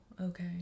okay